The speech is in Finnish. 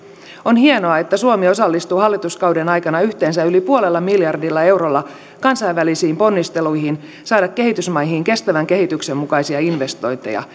on hienoa että suomi osallistuu hallituskauden aikana yhteensä yli puolella miljardilla eurolla kansainvälisiin ponnisteluihin saada kehitysmaihin kestävän kehityksen mukaisia investointeja